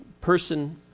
person